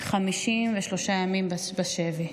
53 ימים בשבי: